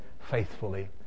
faithfully